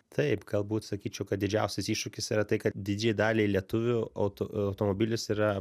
taip galbūt sakyčiau kad didžiausias iššūkis yra tai kad didžiajai daliai lietuvių auto automobilis yra